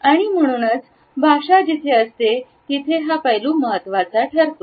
आणि म्हणूनच भाषा जिथे असते तिथे हा पैलू महत्त्वाचा ठरतो